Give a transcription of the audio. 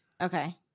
Okay